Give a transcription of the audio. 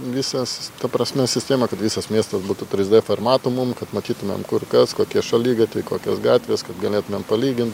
visas ta prasme sistemą kad visas miestas būtų trys d formatu mum kad matytumėm kur kas kokie šaligatviai kokios gatvės kad galėtumėm palygint